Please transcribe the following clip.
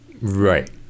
Right